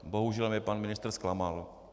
Bohužel mě pan ministr zklamal.